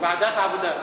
ועדת העבודה.